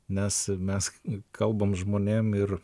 nes mes kalbam žmonėm ir